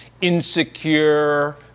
insecure